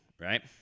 right